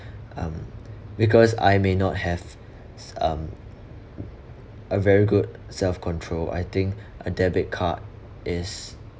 um because I may not have um a very good self control I think a debit card is